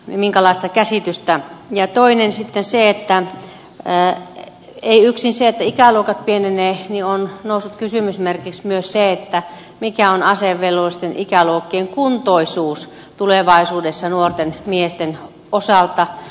toinen asia on sitten se että ei yksin se ole noussut kysymysmerkiksi että ikäluokat pienevät vaan myös se mikä on asevelvollisten ikäluokkien kuntoisuus tulevaisuudessa nuorten miesten osalta